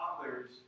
others